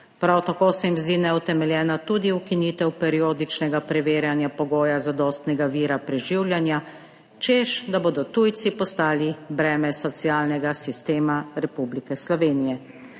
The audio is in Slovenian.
Prav tako se jim zdi neutemeljena tudi ukinitev periodičnega preverjanja pogoja zadostnega vira preživljanja, češ da bodo tujci postali breme socialnega sistema Republike Slovenije.